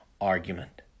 argument